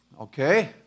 okay